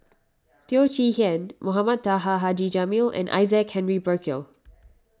Teo Chee Hean Mohamed Taha Haji Jamil and Isaac Henry Burkill